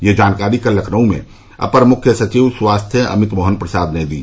यह जानकारी कल लखनऊ में अपर मुख्य सचिव स्वास्थ्य अमित मोहन प्रसाद ने दी